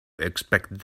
expected